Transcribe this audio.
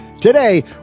Today